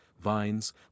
vines